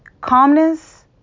Calmness